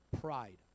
pride